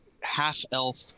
half-elf